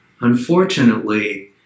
unfortunately